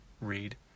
read